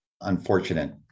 unfortunate